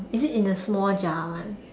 is it in the small jar one